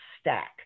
stack